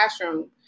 classroom